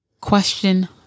Question